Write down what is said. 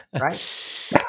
right